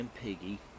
Piggy